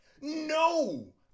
No